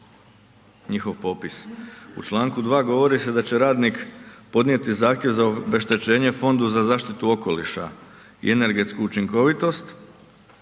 U članku 2. govori se da će radnik podnijeti zahtjev za obeštećenje Fondu za zaštitu okoliša i energetsku učinkovitost